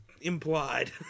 implied